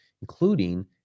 including